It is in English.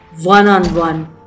one-on-one